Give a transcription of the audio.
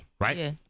right